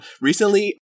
recently